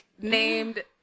named